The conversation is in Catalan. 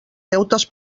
deutes